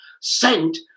sent